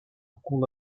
cul